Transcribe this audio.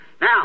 Now